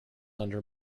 under